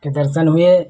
के दर्शन हुए